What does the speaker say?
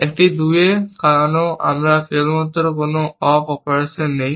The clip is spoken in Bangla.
একটি 2 এ কেন আমরা কেবলমাত্র কোন অপ অপারেশন নই